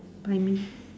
bite me